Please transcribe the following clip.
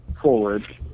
forward